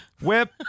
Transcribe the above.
whip